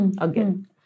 again